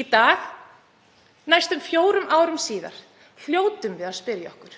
Í dag, næstum fjórum árum síðar, hljótum við að spyrja okkur: